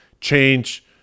change